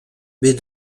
mais